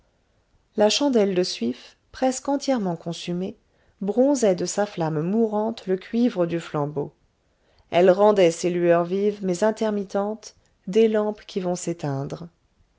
la chandelle de suif presque entièrement consumée bronzait de sa flamme mourante le cuivre du flambeau elle rendait ces lueurs vives mais intermittentes des lampes qui vont s'éteindre